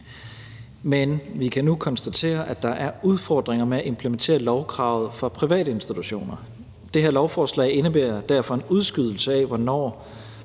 men vi kan nu konstatere, at der er udfordringer med at implementere lovkravet for privatinstitutioner. Det her lovforslag indebærer derfor en udskydelse af